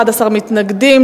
11 מתנגדים,